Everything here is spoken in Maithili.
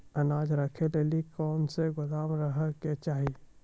अनाज राखै लेली कैसनौ गोदाम रहै के चाही?